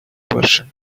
version